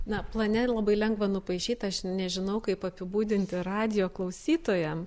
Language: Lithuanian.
na plane yra labai lengva nupaišyt aš nežinau kaip apibūdinti radijo klausytojam